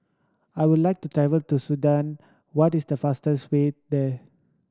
I would like to tell to Sudan what is the fastest way there